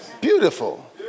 Beautiful